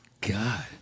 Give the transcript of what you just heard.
God